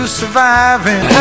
surviving